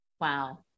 Wow